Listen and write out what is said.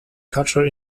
catcher